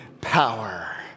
power